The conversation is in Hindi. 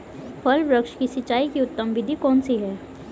फल वृक्ष की सिंचाई की उत्तम विधि कौन सी है?